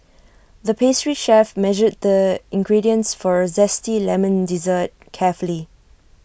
the pastry chef measured the ingredients for A Zesty Lemon Dessert carefully